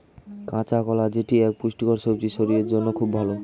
কাঁচা কলা যেটি এক পুষ্টিকর সবজি শরীরের জন্য খুব ভালো